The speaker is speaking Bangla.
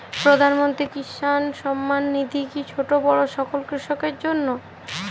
প্রধানমন্ত্রী কিষান সম্মান নিধি কি ছোটো বড়ো সকল কৃষকের জন্য?